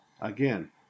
again